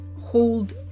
hold